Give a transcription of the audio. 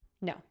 No